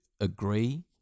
agree